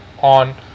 on